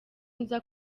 nza